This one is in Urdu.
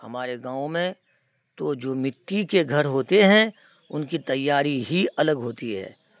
ہمارے گاؤں میں تو جو مٹی کے گھر ہوتے ہیں ان کی تیاری ہی الگ ہوتی ہے